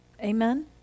Amen